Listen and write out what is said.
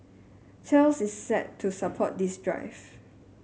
Thales is set to support this drive